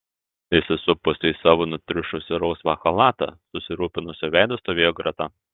įsisupusi į savo nutriušusį rausvą chalatą susirūpinusiu veidu stovėjo greta